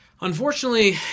Unfortunately